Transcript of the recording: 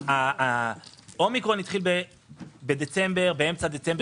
האומיקרון התחיל באמצע דצמבר.